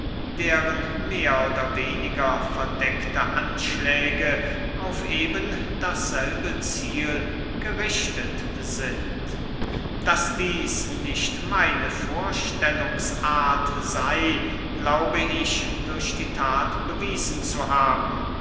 deren mehr oder weniger verdeckte anschläge auf eben dasselbe ziel gerichtet sind daß dieß nicht meine vorstellungsart sey glaube ich durch die that bewiesen zu haben